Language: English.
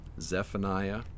zephaniah